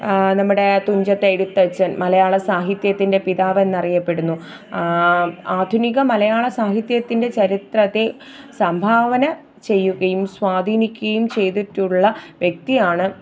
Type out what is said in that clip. നമ്മുടെ തുഞ്ചത്തെഴുത്തച്ഛന് മലയാള സാഹിത്യത്തിന്റെ പിതാവ് എന്നറിയപ്പെടുന്നു ആധുനിക മലയാള സാഹിത്യത്തിന്റെ ചരിത്രത്തെ സംഭാവന ചെയ്യുകയും സ്വാധിനിക്കുകയും ചെയ്തിട്ടുള്ള വ്യക്തിയാണ്